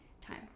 time